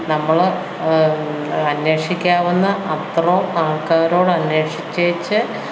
നമ്മള് അന്വേഷിക്കാവുന്ന അത്രയും ആൾക്കാരോട് അന്വേഷിച്ചേച്ച്